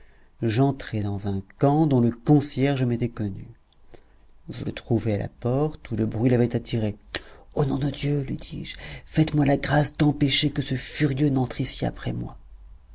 j'entrai dans un khan dont le concierge m'était connu je le trouvai à la porte où le bruit l'avait attiré au nom de dieu lui dis-je faitesmoi la grâce d'empêcher que ce furieux n'entre ici après moi